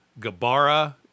Gabara